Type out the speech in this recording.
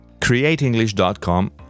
Createenglish.com